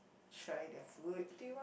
try their food